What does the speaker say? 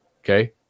Okay